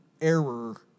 error